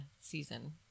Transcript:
season